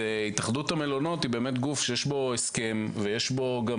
התאחדות המלונות היא באמת גוף שיש בו הסכם ויש בו גם